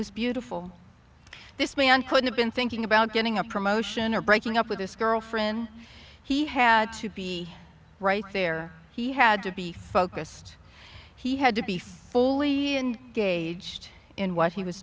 was beautiful this man could have been thinking about getting a promotion or breaking up with this girlfriend he had to be right there he had to be focused he had to be fully engaged in what he was